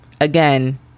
again